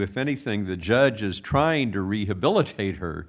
if anything the judge is trying to rehabilitate her